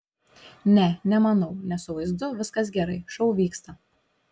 ne nemanau nes su vaizdu viskas gerai šou vyksta